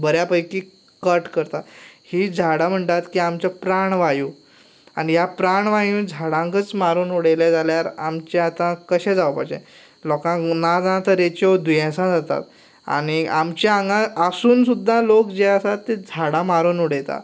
बऱ्या पैकी कट करतात ही झाडां म्हणटात की आमचे प्राणवायू आनी ह्या प्राणवायू झाडांकूच मारून उडयले जाल्यार आमचें आतां कशें जावपाचें लोकांक ना ना तरेच्यो दुयेंसां जातात आनी आमचें हांगा आसून सुद्दां लोक जे आसात झाडां मारून उडयता